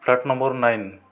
flat number nine